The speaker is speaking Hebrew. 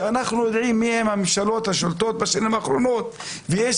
שאנחנו יודעים מי הן הממשלות השולטות בשנים האחרונות ויש